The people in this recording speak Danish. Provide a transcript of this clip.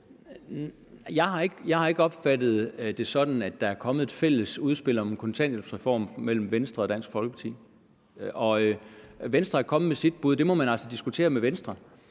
Jeg har ikke opfattet det sådan, at der er kommet et fælles udspil om en kontanthjælpsreform fra Venstre og Dansk Folkeparti. Venstre er kommet med sit bud, men det må man altså diskutere med Venstre.